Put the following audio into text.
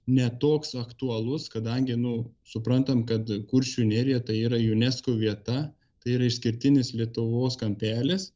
ne toks aktualus kadangi nu suprantamu kad kuršių nerija tai yra unesco vieta tai yra išskirtinis lietuvos kampelis